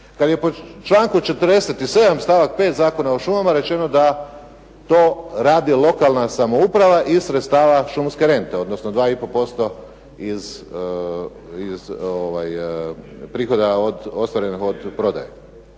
kad je po članku 47. stavak 5. Zakona o šumama rečeno da to radi lokalna samouprava iz sredstava šumske rente, odnosno 2 i po posto iz prihoda od, ostvarenih od prodaje.